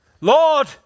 Lord